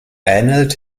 ähnelt